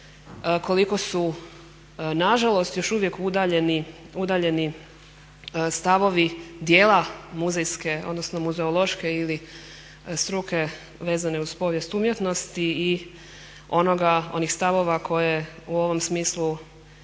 koliko su na žalost još uvijek udaljeni stavovi, djela muzejske odnosno muzeološke struke vezane uz povijest umjetnosti i onoga, onih stavova koje u ovom smislu